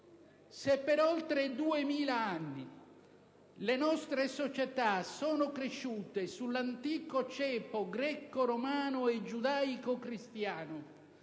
se per oltre 2000 anni le nostre società sono cresciute sull'antico ceppo greco-romano e giudaico- cristiano,